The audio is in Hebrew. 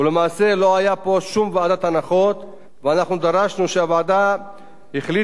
והוועדה החליטה כי בכל מחוז תוקם ועדת הנחות